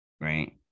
Right